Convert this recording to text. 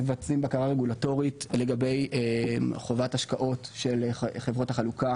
מבצעים בקרה רגולטורית לגבי חובת השקעות של חברות החלוקה